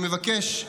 אני מבקש,